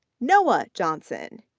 noah johnson,